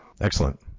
excellent